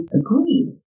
agreed